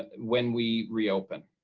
ah when we reopen.